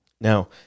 Now